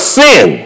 sin